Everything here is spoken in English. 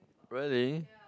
really